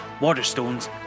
Waterstones